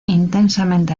intensamente